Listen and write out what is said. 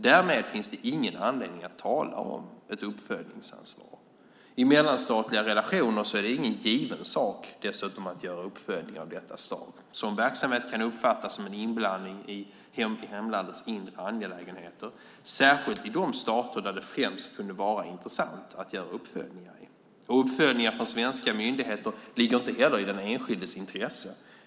Därmed finns det ingen anledning att tala om ett uppföljningsansvar. I mellanstatliga relationer är det dessutom ingen given sak att göra uppföljningar av detta slag. Sådan verksamhet kan uppfattas som en inblandning i hemlandets inre angelägenheter, särskilt i de stater där det främst kunde vara intressant att göra uppföljningar. Uppföljningar från svenska myndigheter ligger inte heller i den enskildes intresse.